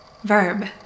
Verb